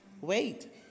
wait